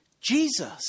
Jesus